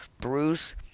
bruce